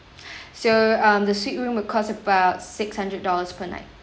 so um the suite room would cost about six hundred dollars per night